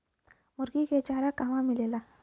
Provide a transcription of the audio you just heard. मुर्गी के चारा कहवा मिलेला?